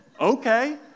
Okay